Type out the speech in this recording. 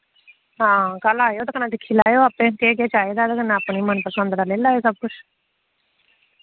हां कल्ल आयो ते कन्नै दिक्खी लैयो आप्पे केह् केह् चाहिदा ते कन्नै अपनी मनपसंद दा ले लैयो सब कुछ